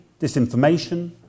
disinformation